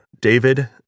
David